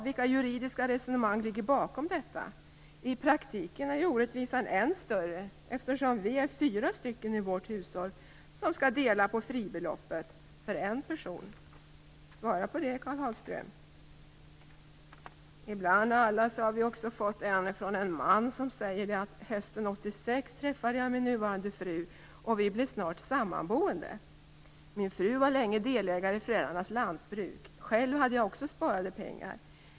Vilka juridiska resonemang ligger bakom detta? I praktiken är orättvisan än större eftersom vi är fyra i vårt hushåll som skall dela på fribeloppet för en person. Svara på det, Karl Hagström! Vi har också fått ett brev från en man som skriver: Hösten 1986 träffade jag min nuvarande fru, och vi blev snart sammanboende. Min fru var länge delägare i föräldrarnas lantbruk. Själv hade jag också sparade pengar.